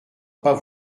pas